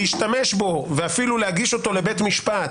להשתמש בו ואפילו להגיש אותו לבית משפט,